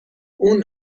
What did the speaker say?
اون